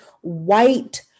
white